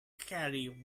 carry